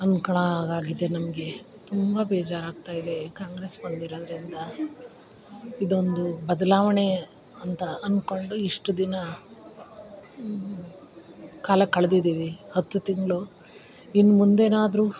ಅನ್ಕೊಳಾಗಾಗಿದೆ ನಮಗೆ ತುಂಬ ಬೇಜಾರಾಗ್ತಾಯಿದೆ ಕಾಂಗ್ರೆಸ್ ಬಂದಿರೋದರಿಂದ ಇದೊಂದು ಬದಲಾವಣೆ ಅಂತ ಅನ್ಕೊಂಡು ಇಷ್ಟು ದಿನ ಕಾಲ ಕಳೆದಿದೀವಿ ಹತ್ತು ತಿಂಗಳು ಇನ್ನುಮುಂದೆನಾದ್ರು